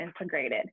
integrated